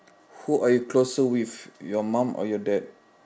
who are you closer with your mum or your dad